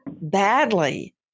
badly